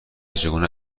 چگونه